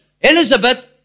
Elizabeth